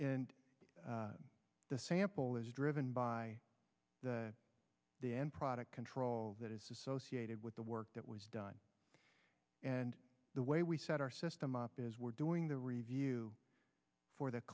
and the sample is driven by the end product control that is associated with the work that was done and the way we set our system up as we're doing the review for th